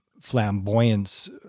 flamboyance